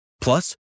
Plus